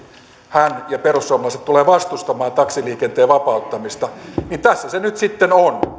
hän ja perussuomalaiset tulevat vastustamaan taksiliikenteen vapauttamista niin tässä se nyt sitten on